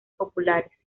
populares